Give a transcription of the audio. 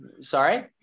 sorry